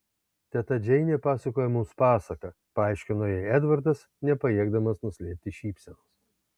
teta džeinė pasakoja mums pasaką paaiškino jai edvardas nepajėgdamas nuslėpti šypsenos